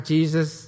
Jesus